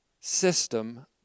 system